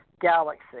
galaxy